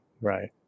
Right